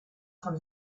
from